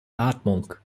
atmung